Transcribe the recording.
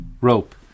rope